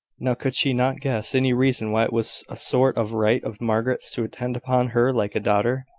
now, could she not guess any reason why it was a sort of right of margaret's to attend upon her like a daughter?